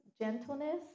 gentleness